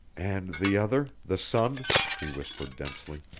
and the other the son he whispered densely.